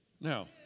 Now